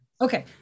Okay